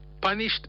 Punished